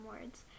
words